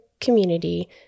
community